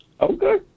okay